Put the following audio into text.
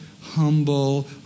humble